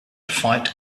fight